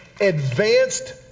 advanced